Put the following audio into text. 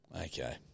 Okay